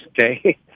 okay